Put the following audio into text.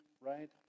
right